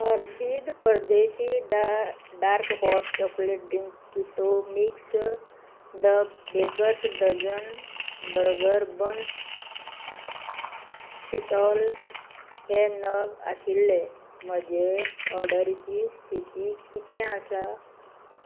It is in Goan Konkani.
हर्शीज परदेशी डार डार्क हॉट चॉकलेट ड्रिंक पिटो mix the baker's dozen burger buns Cinthol हे नग आशिल्ले म्हजे ऑर्डरीची स्थिती कितें आसा